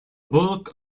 bulk